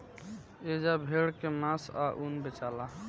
एजा भेड़ के मांस आ ऊन बेचाला